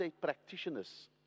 practitioners